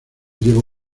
llevo